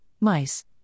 mice